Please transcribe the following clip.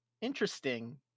interesting